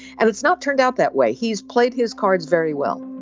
and it's not turned out that way. he's played his cards very well